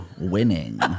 winning